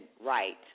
right